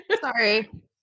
Sorry